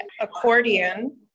accordion